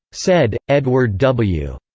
said, edward w.